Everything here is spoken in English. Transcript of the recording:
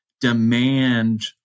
demand